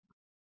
D